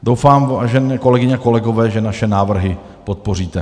Doufám, vážené kolegyně, kolegové, že naše návrhy podpoříte.